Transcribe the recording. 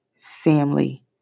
family